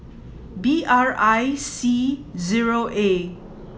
B R one C zero A